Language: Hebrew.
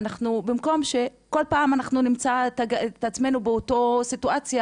במקום שכל פעם אנחנו נמצא את עצמנו באותה סיטואציה,